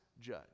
judge